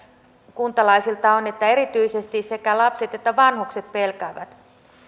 kuntalaisilta on että erityisesti sekä lapset että vanhukset pelkäävät